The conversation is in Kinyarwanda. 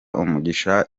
umugisha